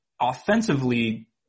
offensively